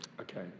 Okay